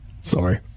Sorry